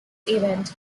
event